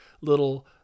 little